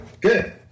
Good